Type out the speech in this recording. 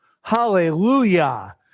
Hallelujah